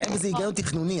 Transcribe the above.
אין בזה היגיון תכנוני,